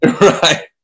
Right